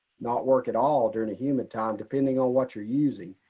not work at all during the humid time depending on what you're using.